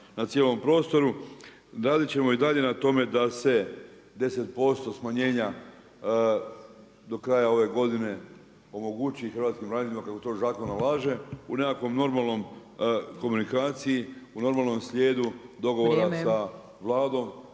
na cijelom prostoru. Radit ćemo i dalje na tome da se 10% smanjenja do kraja ove godine omogući hrvatskim braniteljima kako to zakon nalaže, u nekakvoj normalnoj komunikaciji, u normalnom slijedu dogovora sa Vladom